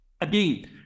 again